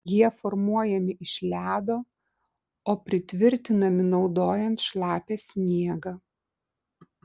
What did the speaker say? jie formuojami iš ledo o pritvirtinami naudojant šlapią sniegą